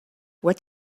what